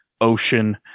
ocean